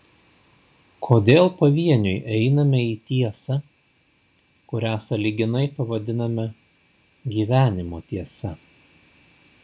kodėl pavieniui einame į tiesą kurią sąlyginai pavadiname gyvenimo tiesa